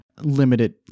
limited